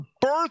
Birth